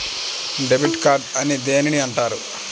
Debit card అని దేనిని అంటారు?